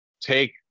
take